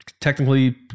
technically